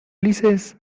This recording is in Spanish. ulises